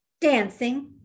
Dancing